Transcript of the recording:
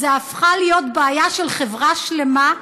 זו הפכה להיות בעיה של חברה שלמה,